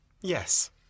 Yes